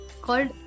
called